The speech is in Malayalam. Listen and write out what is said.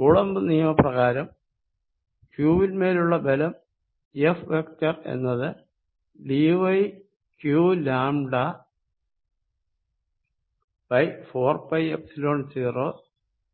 കൂളംബ് നിയമപ്രകാരം q വിന്മേലുള്ള ബലം F വെക്ടർ എന്നത് dyqλ4πϵ0